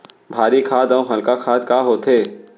भारी खाद अऊ हल्का खाद का होथे?